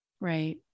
right